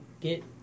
get